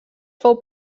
fou